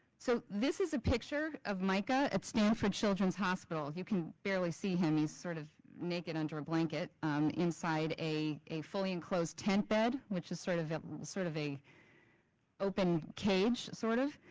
so this is a picture of mica at stanford children's hospital. you can barely see him, he's sort of naked under a blanket um inside a a fully enclosed tent bed which is sort of sort of a open cage sort.